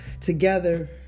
together